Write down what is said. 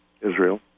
Israel